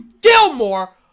Gilmore